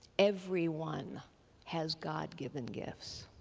everyone has god given gifts.